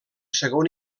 segon